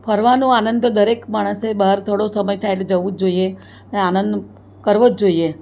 ફરવાનો આનંદ તો દરેક માણસે બહાર થોડો સમય થાય એટલે જવું જ જોઈએ આનંદ કરવો જ જોઈએ